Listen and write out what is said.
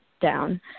down